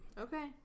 Okay